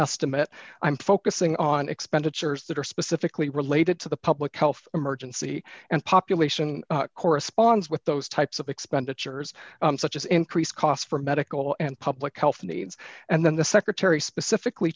estimate i'm focusing on expenditures that are specifically related to the public health emergency and population corresponds with those types of expenditures such as increased cost for medical and public health needs and then the secretary specifically